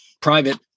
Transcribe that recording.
private